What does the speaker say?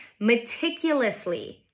meticulously